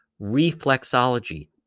reflexology